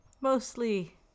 Mostly